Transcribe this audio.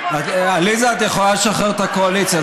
עליזה, את יכולה לשחרר את הקואליציה.